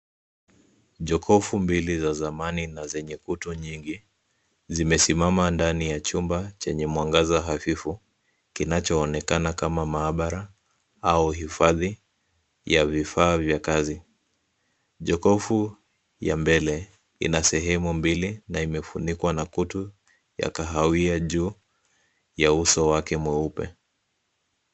Jokofu mbili za zamani na zenye kutu nyingi zimesimama ndani ya chumba chenye mwangaza hafifu kinacho onekana kama mahabara au hifadhi ya vifaa vya kazi. Jokofu ya mbele ina sehemu mbili na imefunikwa na kutu ya kahawia juu ya uso wake mweupe.